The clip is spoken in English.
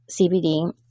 CBD